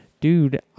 dude